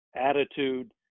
attitude